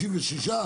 56,